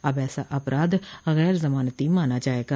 अब ऐसा अपराध गैर जमानती माना जायेगा